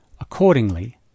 Accordingly